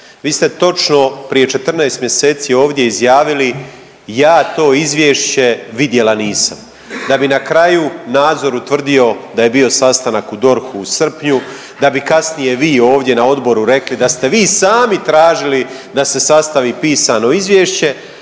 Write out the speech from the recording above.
Vi ste točno prije 14 mjeseci ovdje izjavili „ja to izvješće vidjela nisam“ da bi na kraju nadzor utvrdio da je bio sastanak u DORH-u u srpnju, da bi kasnije vi ovdje na odboru rekli da ste vi sami tražili da se sastavi pisano izvješće,